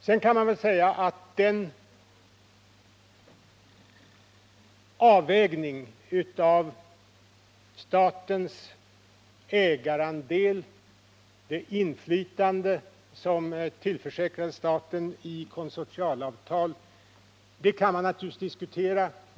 Sedan kan man säga att den avvägning av statens ägarandel, det inflytande som tillförsäkras staten i konsortialavtalet, naturligtvis kan diskuteras.